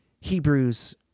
Hebrews